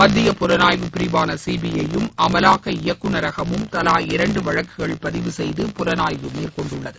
மத்திய புலனாய்வு பிரிவாள சிபிஐயும் அமலாக்க இயக்குனரகமும் தவா இரண்டு வழக்குகள் பதிவு செய்து புலனாய்வு மேற்கொண்டுள்ளது